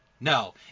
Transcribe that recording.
No